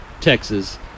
Texas